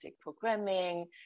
programming